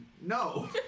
No